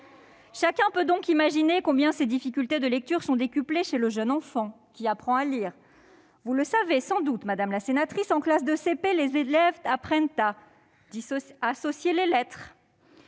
Chacun peut donc imaginer combien ces difficultés de lecture sont décuplées chez le jeune enfant qui apprend à lire. Vous le savez sans doute, madame la sénatrice, en classe de CP, les élèves apprennent à associer les lettres,